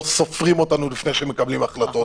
לא סופרים אותנו לפני שמקבלים החלטות.